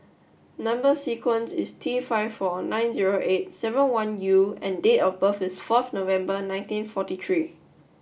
number sequence is T five four nine zero eight seven one U and date of birth is forth November nineteen forty three